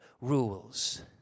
rules